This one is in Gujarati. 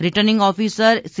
returning officer C